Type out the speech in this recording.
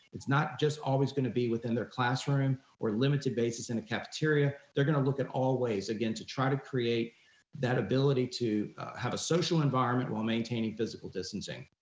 it's not just always gonna be within their classroom or limited basis in the cafeteria, they're gonna look at all ways, again to try to create that ability to have a social environment while maintaining physical distancing.